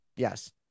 Yes